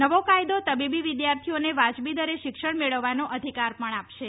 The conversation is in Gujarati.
નવો કાયદો તબીબી વિદ્યાર્થીઓને વાજબી દરે શિક્ષણ મેળવવાનો અધિકાર પણ આપશે